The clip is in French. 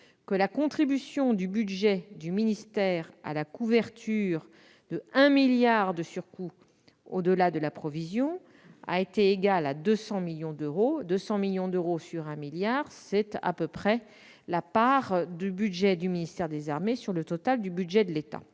que la contribution du budget du ministère à la couverture de 1 milliard d'euros de surcoût au-delà de la provision a été égale à 200 millions d'euros. Or 200 millions d'euros sur 1 milliard, c'est à peu près la part du budget du ministère des armées sur le total du budget de l'État.